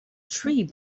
tree